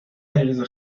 علیرضا